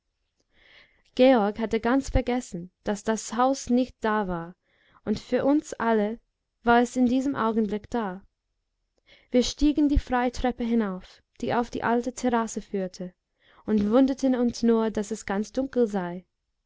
georg hatte ganz vergessen daß das haus nicht da war und für uns alle war es in diesem augenblick da wir stiegen die freitreppe hinauf die auf die alte terrasse führte und wunderten uns nur daß es ganz dunkel sei